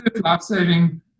life-saving